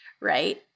right